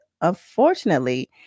Unfortunately